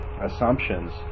assumptions